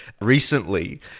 recently